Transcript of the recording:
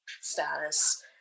status